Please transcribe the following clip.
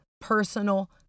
personal